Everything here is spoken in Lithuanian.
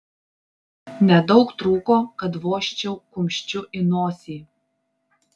nedaug trūko kad vožčiau kumščiu į nosį